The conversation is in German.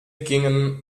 gingen